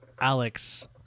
Alex